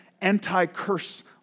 anti-curse